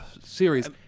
series